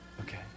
Okay